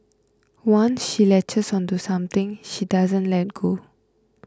once she latches onto something she doesn't let go